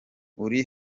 uri